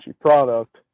product